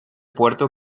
puerto